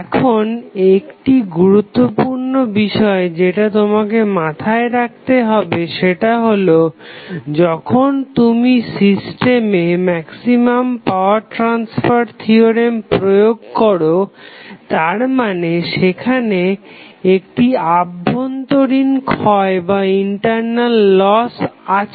এখন একটি গুরুত্বপূর্ণ বিষয় যেটা তোমাকে মাথায় রাখতে হবে সেটা হলো যখন তুমি সিস্টেমে ম্যাক্সিমাম পাওয়ার ট্রাসফার থিওরেম প্রয়োগ করো তারমানে সেখানে একটা অভ্যন্তরীণ ক্ষয় আছে